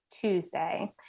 Tuesday